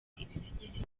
ibisigisigi